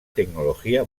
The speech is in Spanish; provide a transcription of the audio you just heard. tecnología